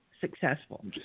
successful